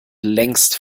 längst